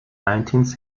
nineteenth